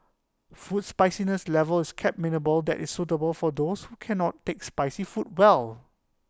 food spiciness level is kept mini that is suitable for those who cannot take spicy food well